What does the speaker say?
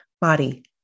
body